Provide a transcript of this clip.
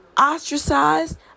ostracized